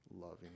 loving